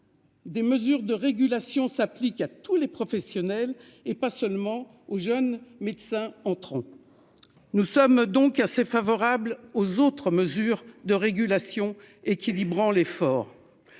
Des mesures de régulation s'applique à tous les professionnels et pas seulement aux jeunes médecins entre. Nous sommes donc assez favorables aux autres mesures de régulation équilibrant l'effort.